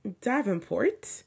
Davenport